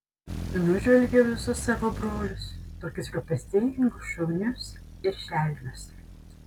nužvelgiau visus savo brolius tokius rūpestingus šaunius ir šelmius